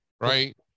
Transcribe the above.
Right